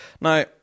Now